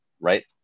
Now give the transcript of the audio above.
Right